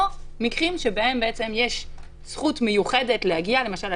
או מקרים שבהם יש זכות מיוחדת להגיע למשל,